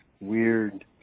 weird